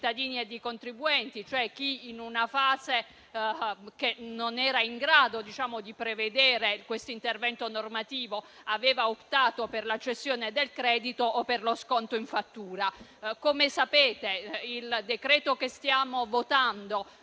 e di contribuenti: cioè chi, in una fase in cui non era in grado di prevedere questo intervento normativo, aveva optato per la cessione del credito o per lo sconto in fattura. Come sapete, il decreto che stiamo votando